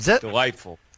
Delightful